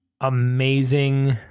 amazing